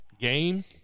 game